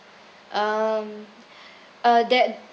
um uh that